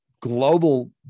global